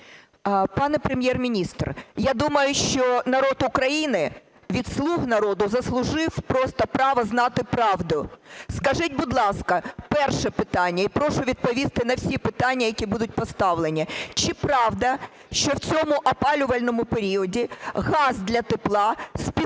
Пане Прем'єр-міністр, я думаю, що народ України від "слуг народу" заслужив просто право знати правду. Скажіть, будь ласка, перше питання і прошу відповісти на всі питання, які будуть поставлені. Чи правда, що в цьому опалювальному періоді газ для тепла з 5 гривень,